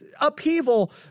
upheaval